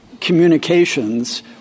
communications